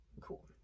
Cool